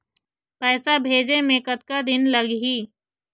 पैसा भेजे मे कतका दिन लगही?